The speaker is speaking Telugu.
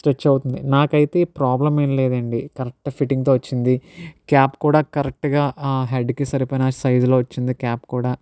స్ట్రెచ్ అవుతుంది నాకైతే ప్రాబ్లమ్ ఏం లేదండి కరెక్ట్ ఫిట్టింగ్తో వచ్చింది క్యాప్ కూడా కరెక్ట్ గా హెడ్కి సరిపోయిన సైజులో వచ్చింది క్యాప్ కూడా